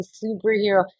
superhero